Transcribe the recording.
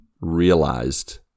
realized